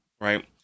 right